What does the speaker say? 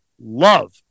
love